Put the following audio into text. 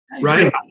right